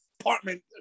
apartment